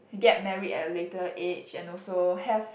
get married at a later age and also have